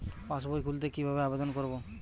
পাসবই খুলতে কি ভাবে আবেদন করব?